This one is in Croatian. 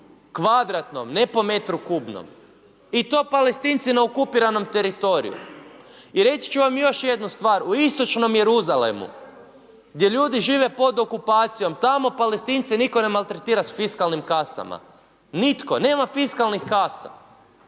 kvadratnom, ne po metru kubnom. I to Palestinci na okupiranom teritoriju. I reći ću vam još jednu stvar. U istočnom Jeruzalemu, gdje ljudi žive pod okupacijom, tamo Palestince nitko ne maltretira s fiskalnim kasama, nitko. Nema fiskalnih kasa.